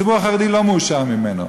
הציבור החרדי לא מאושר ממנו.